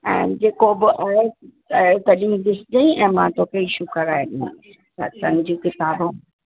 ऐं जेको बि आहे ऐं सॼी ॾिसिजांइ ऐं मां तोखे इशू कराए ॾींदीमांइ सतसंग जूं किताबूं